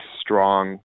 strong